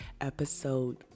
episode